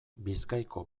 bizkaiko